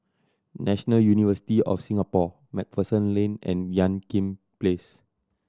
National University of Singapore Macpherson Lane and Ean Kiam Place